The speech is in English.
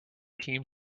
team